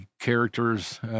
characters